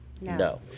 No